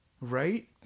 Right